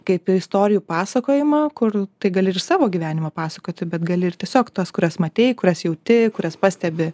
kaip į istorijų pasakojimą kur tai gali ir savo gyvenimą pasakoti bet gali ir tiesiog tas kurias matei kurias jauti kurias pastebi